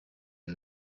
are